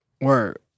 word